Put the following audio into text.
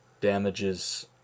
damages